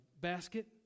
basket